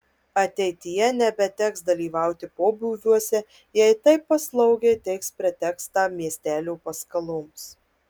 ateityje nebeteks dalyvauti pobūviuose jei taip paslaugiai teiks pretekstą miestelio paskaloms